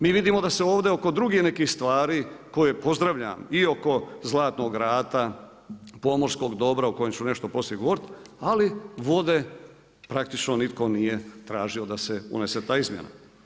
Mi vidimo da se ovdje oko drugih nekih stvari koje pozdravljam i oko Zlatnog rata, pomorskog dobra o kojem ću nešto poslije govoriti, ali vode praktično nitko nije tražio da se unese ta izmjena.